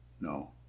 no